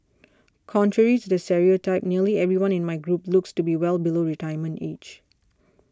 contrary to the stereotype nearly everyone in my group looks to be well below retirement age